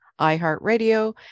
iHeartRadio